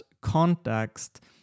context